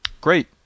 Great